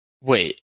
Wait